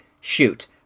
shoot